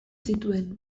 zituen